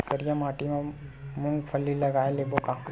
करिया माटी मा मूंग फल्ली लगय लेबों का?